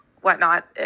whatnot